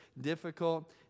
difficult